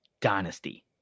dynasty